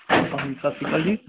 ਸਤਿ ਸ਼੍ਰੀ ਅਕਾਲ ਜੀ